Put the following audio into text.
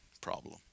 problem